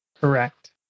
Correct